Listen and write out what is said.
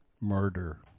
murder